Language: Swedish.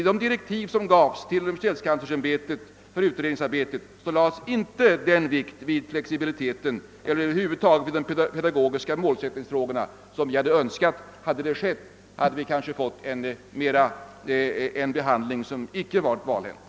I de direktiv för utredningen, som gavs till universitetskanslersämbetet, lades inte den vikt vid flexibiliteten eller över huvud taget vid frågan om den pedagogiska målsättningen som vi önskade. Om så skett, hade frågan kanske fått en behandling som inte varit så valhänt.